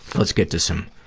let's get to some,